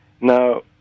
Now